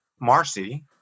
Marcy